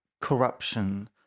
corruption